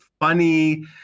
funny